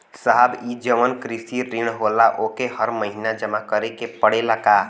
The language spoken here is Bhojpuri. साहब ई जवन कृषि ऋण होला ओके हर महिना जमा करे के पणेला का?